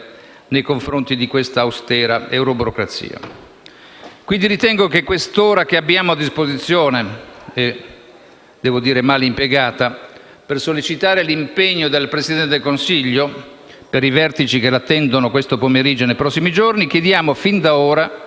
nei confronti dell'austera euroburocrazia. Quindi ritengo che quest'ora che abbiamo a disposizione - devo dire, mal impiegata - debba essere finalizzata a sollecitare l'impegno del Presidente del Consiglio per i vertici che l'attendono questo pomeriggio e nei prossimi giorni; chiediamo fin d'ora